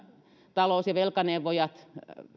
talous ja velkaneuvojat